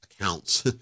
accounts